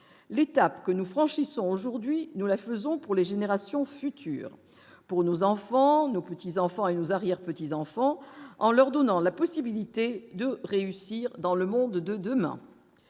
l'étape que nous franchissons aujourd'hui, nous la faisons pour les générations futures pour nos enfants, nos petits-enfants et une arrière-petits-enfants en leur donnant la possibilité de réussir dans le monde de demain